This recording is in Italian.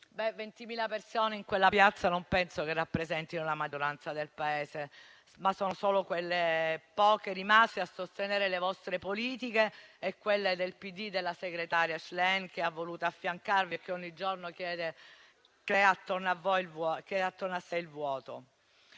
20.000 persone in quella piazza non penso che rappresentino una maggioranza del Paese, ma sono solo le poche rimaste a sostenere le vostre politiche e quelle del PD, della segretaria Schlein che ha voluto affiancarvi e che ogni giorno crea attorno a sé il vuoto.